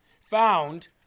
found